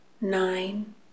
nine